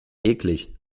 eklig